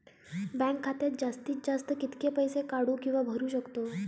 Bank खात्यात जास्तीत जास्त कितके पैसे काढू किव्हा भरू शकतो?